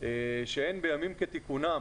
שהם בימים כתיקונם,